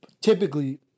typically